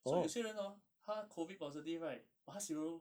so 有些人 hor 他 COVID positive right but 他 sero~